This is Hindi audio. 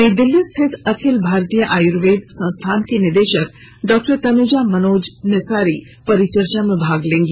नई दिल्ली स्थित अखिल भारतीय आयुर्वेद संस्थान की निदेशक डॉक्टर तनुजा मनोज नेसारी परिचर्चा में भाग लेंगी